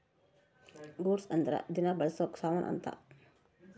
goods ಅಂದ್ರ ದಿನ ಬಳ್ಸೊ ಸಾಮನ್ ಅಂತ